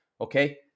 okay